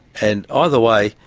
and either way,